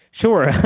sure